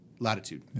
Latitude